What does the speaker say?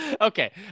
okay